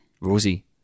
Rosie